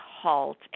halt